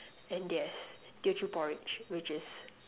and there's Teochew-porridge which is